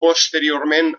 posteriorment